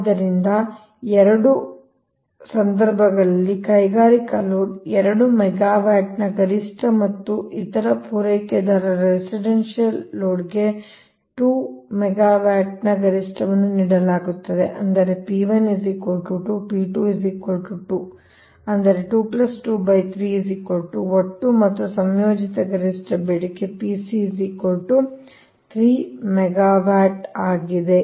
ಆದ್ದರಿಂದ ಇದು ಎರಡೂ ಸಂದರ್ಭಗಳಲ್ಲಿ ಕೈಗಾರಿಕಾ ಲೋಡ್ 2 ಮೆಗಾವ್ಯಾಟ್ನ ಗರಿಷ್ಠ ಮತ್ತು ಇತರ ಪೂರೈಕೆದಾರರ ರೆಸಿಡೆನ್ಷಿಯಲ್ ಲೋಡ್ ಗೆ 2 ಮೆಗಾವ್ಯಾಟ್ನ ಗರಿಷ್ಠವನ್ನು ನೀಡಲಾಗುತ್ತದೆ ಅಂದರೆ P1 2 P2 2 ಅಂದರೆ ಒಟ್ಟು ಮತ್ತು ಸಂಯೋಜಿತ ಗರಿಷ್ಠ ಬೇಡಿಕೆ pc 3 ಮೆಗಾವ್ಯಾಟ್ ಆಗಿದೆ